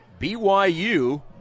BYU